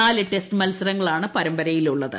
നാല് ടെസ്റ്റ് മത്സരങ്ങളാണ് പരമ്പരയിലുള്ളത്